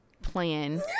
plan